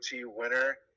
winner